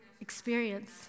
experience